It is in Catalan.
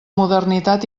modernitat